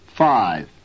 five